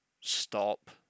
stop